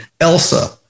Elsa